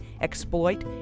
exploit